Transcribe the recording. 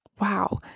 Wow